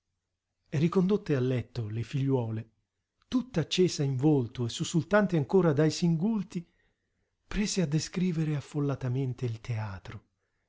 ricondotte a letto le figliuole tutta accesa in volto e sussultante ancora dai singulti prese a descrivere affollatamente il teatro